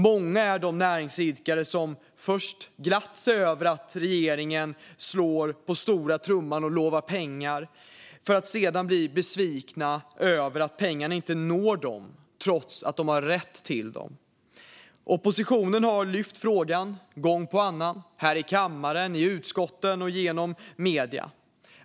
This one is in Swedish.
Många är de näringsidkare som först glatt sig över att regeringen slår på stora trumman och lovar pengar för att sedan bli besvikna över att pengarna inte når dem trots att de har rätt till dem. Oppositionen har lyft upp frågan gång efter annan här i kammaren, i utskotten och i medierna.